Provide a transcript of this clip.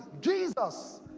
Jesus